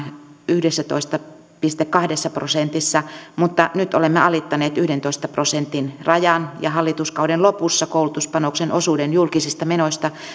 yhdessätoista pilkku kahdessa prosentissa mutta nyt olemme alittaneet yhdentoista prosentin rajan ja hallituskauden lopussa koulutuspanoksen osuuden julkisista menoista